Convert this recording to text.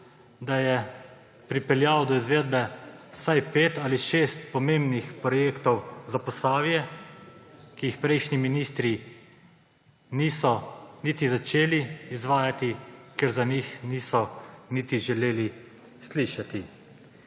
da je pripeljal do izvedbe vsaj pet ali šest pomembnih projektov za Posavje, ki jih prejšnji ministri niso niti začeli izvajati, ker za njih niso niti želeli slišati: